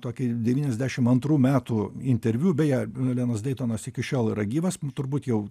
tokį devyniasdešim antrų metų interviu beje lenas deitonas iki šiol yra gyvas turbūt jau